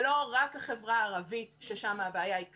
זה לא רק החברה הערבית, ששם הבעיה היא קטסטרופלית.